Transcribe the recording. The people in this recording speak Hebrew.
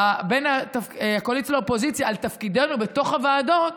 בין הקואליציה לאופוזיציה על תפקידנו בתוך הוועדות,